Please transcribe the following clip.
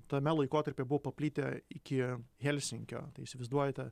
tame laikotarpyje buvo paplitę iki helsinkio tai įsivaizduojate